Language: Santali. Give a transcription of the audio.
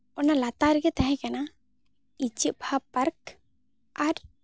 ᱚᱱᱟ ᱞᱟᱛᱟᱨ ᱨᱮᱜᱮ ᱛᱟᱦᱮᱸ ᱠᱟᱱᱟ ᱤᱪᱟᱹᱜ ᱵᱟᱦᱟ ᱯᱟᱨᱠ ᱟᱨ